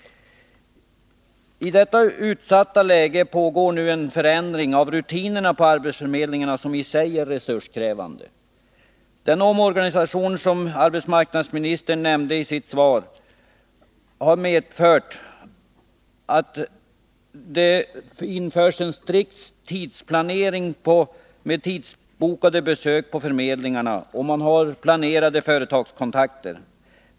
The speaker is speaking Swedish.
I detta utsatta läge pågår nu en förändring av rutinerna på arbetsförmedlingarna, som i sig är resurskrävande. Den innebär att det införs en strikt tidsplanering med tidsbokade besök på förmedlingarna och planerade företagskontakter.